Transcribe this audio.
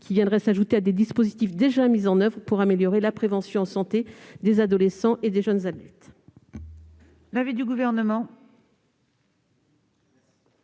qui viendrait s'ajouter aux dispositifs déjà mis en oeuvre pour améliorer la prévention en santé des adolescents et des jeunes adultes.